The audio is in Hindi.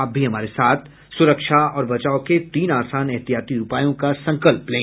आप भी हमारे साथ सुरक्षा और बचाव के तीन आसान एहतियाती उपायों का संकल्प लें